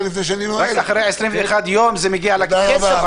רק אחרי 21 יום זה מגיע לוועדה.